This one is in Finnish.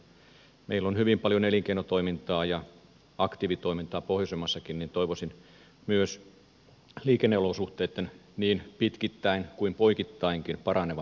meillä on hyvin paljon elinkeinotoimintaa ja aktiivitoimintaa pohjoisemmassakin joten toivoisin myös liikenneolosuhteitten niin pitkittäin kuin poikittainkin paranevan